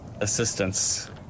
assistance